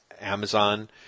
Amazon